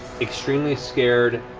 extremely scared,